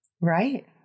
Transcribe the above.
right